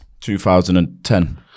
2010